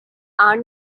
are